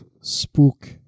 Spook